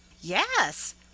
Yes